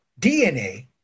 DNA